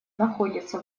находятся